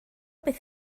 beth